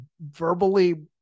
verbally